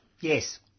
Yes